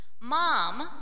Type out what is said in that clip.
Mom